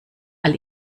all